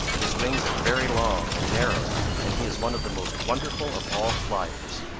his wings are very long and narrow and he is one of the most wonderful of all fliers.